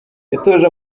yatoje